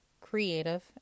creative